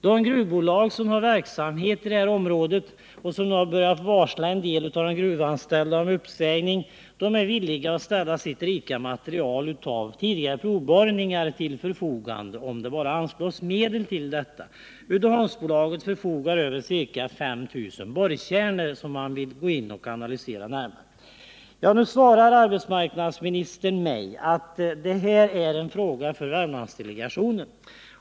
De gruvbolag som har verksamhet inom området och som nu börjat varsla en del av sina gruvanställda om uppsägning är villiga att ställa sitt rika material av provborrningar till förfogande, om det bara anslås medel till detta. Uddeholmsbolaget förfogar över ca 5000 borrkärnor som man vill analysera närmare. Nu svarar arbetsmarknadsministern att detta är en fråga för Värmlandsdelegationen.